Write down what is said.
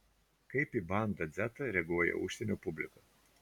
kaip į bandą dzetą reaguoja užsienio publika